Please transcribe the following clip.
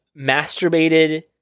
masturbated